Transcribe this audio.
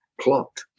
plot